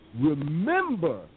remember